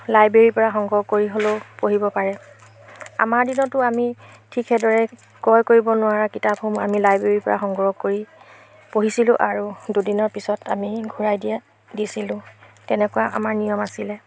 লাইব্ৰেৰীৰ পৰা সংগ্ৰহ কৰি হ'লেও পঢ়িব পাৰে আমাৰ দিনতো আমি ঠিক সেইদৰে ক্ৰয় কৰিব নোৱাৰা কিতাপসমূহ আমি লাইব্ৰেৰীৰ পৰা সংগ্ৰহ কৰি পঢ়িছিলোঁ আৰু দুদিনৰ পিছত আমি ঘূৰাই দিয়া দিছিলোঁ তেনেকুৱা আমাৰ নিয়ম আছিলে